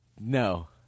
No